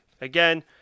again